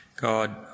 God